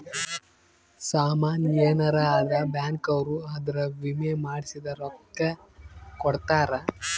ಸಾಮನ್ ಯೆನರ ಅದ್ರ ಬ್ಯಾಂಕ್ ಅವ್ರು ಅದುರ್ ವಿಮೆ ಮಾಡ್ಸಿದ್ ರೊಕ್ಲ ಕೋಡ್ತಾರ